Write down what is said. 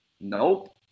nope